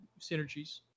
synergies